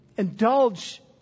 indulge